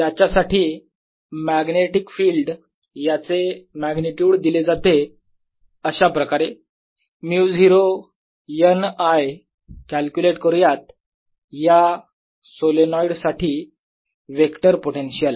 याच्यासाठी magnetic field याचे magnitude दिले जाते अशाप्रकारे μ0 n I कॅल्क्युलेट करूयात या सोलेनोईड साठी वेक्टर पोटेन्शियल